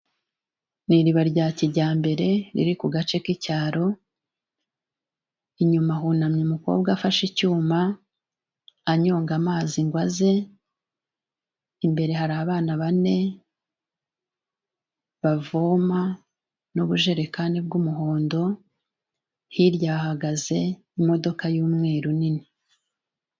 Ni iriba rya kijyambere riri ku gace k'icyaro, inyuma hunamye umukobwa afashe icyuma, anyonga amazi ngo aze, imbere hari abana bane bavoma, n'ubujerekani bw'umuhondo, hirya hahagaze imodoka y'umweru nini.